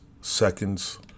seconds